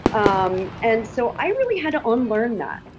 um and so i really had to unlearn that.